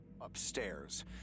upstairs